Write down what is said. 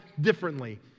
differently